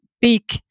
big